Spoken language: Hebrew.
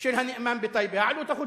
של הנאמן בטייבה, העלות החודשית.